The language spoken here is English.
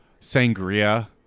sangria